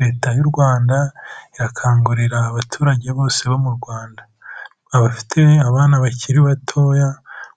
Leta y'u Rwanda irakangurira abaturage bose bo mu Rwanda, abafite abana bakiri batoya,